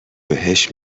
بهش